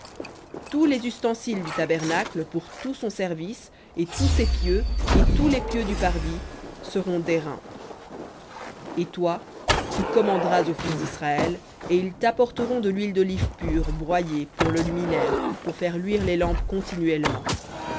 tous les ustensiles du tabernacle pour tout son service et tous ses pieux et tous les pieux du parvis seront dairain et toi tu commanderas aux fils d'israël et ils t'apporteront de l'huile d'olive pure broyée pour le luminaire pour faire luire les lampes continuellement